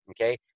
okay